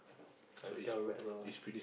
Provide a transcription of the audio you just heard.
very scared of rats lor